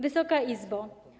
Wysoka Izbo!